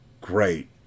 Great